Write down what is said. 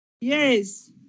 Yes